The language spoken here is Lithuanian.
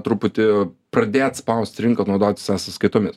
truputį pradėt spaust rinką naudotis e sąskaitomis